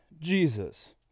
Jesus